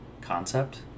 concept